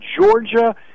Georgia